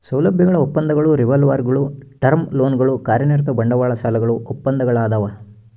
ಸೌಲಭ್ಯಗಳ ಒಪ್ಪಂದಗಳು ರಿವಾಲ್ವರ್ಗುಳು ಟರ್ಮ್ ಲೋನ್ಗಳು ಕಾರ್ಯನಿರತ ಬಂಡವಾಳ ಸಾಲಗಳು ಒಪ್ಪಂದಗಳದಾವ